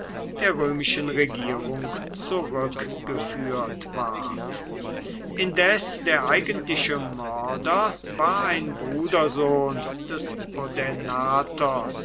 der römischen regierung zurückgeführt ward indes der eigentliche mörder war ein brudersohn des